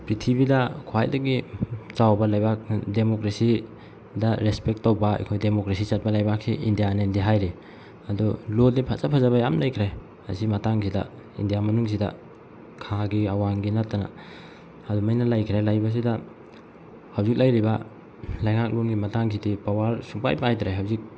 ꯄ꯭ꯔꯤꯊꯤꯕꯤꯗ ꯈ꯭ꯋꯥꯏꯗꯒꯤ ꯆꯥꯎꯕ ꯂꯩꯉꯥꯛ ꯗꯦꯃꯣꯀ꯭ꯔꯦꯁꯤꯗ ꯔꯦꯁꯄꯦꯛ ꯇꯧꯕ ꯑꯩꯈꯣꯏ ꯗꯦꯃꯣꯀ꯭ꯔꯦꯁꯤ ꯆꯠꯄ ꯂꯩꯕꯥꯛꯁꯦ ꯏꯟꯗꯤꯌꯥꯅꯦꯗꯤ ꯍꯥꯏꯔꯤ ꯑꯗꯣ ꯂꯣꯗꯤ ꯐꯖ ꯐꯖꯕ ꯌꯥꯝ ꯂꯩꯈꯔꯦ ꯑꯁꯤ ꯃꯇꯥꯡꯁꯤꯗ ꯏꯟꯗꯤꯌꯥ ꯃꯅꯨꯡꯁꯤꯗ ꯈꯥꯒꯤ ꯑꯋꯥꯡꯒꯤ ꯅꯠꯇꯅ ꯑꯗꯨꯃꯥꯏꯅ ꯂꯩꯈ꯭ꯔꯦ ꯂꯩꯕꯁꯤꯗ ꯍꯧꯖꯤꯛ ꯂꯩꯔꯤꯕ ꯂꯩꯉꯥꯛꯂꯣꯟꯒꯤ ꯃꯇꯥꯡꯁꯤꯗꯤ ꯄꯥꯋꯥꯔ ꯁꯨꯡꯄꯥꯏ ꯄꯥꯏꯗ꯭ꯔꯦ ꯍꯧꯖꯤꯛ